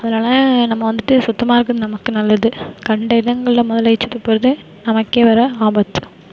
அதனால் நம்ம வந்துவிட்டு சுத்தமாக இருக்கிறது நமக்கு நல்லது கண்ட இடங்களில் முதல்ல எச்சில் துப்புறது நமக்கே வர ஆபத்து